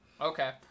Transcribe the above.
Okay